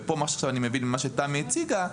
ומה שאני מבין ממה שתמי הציגה פה